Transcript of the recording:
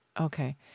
Okay